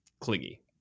clingy